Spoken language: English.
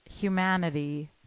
humanity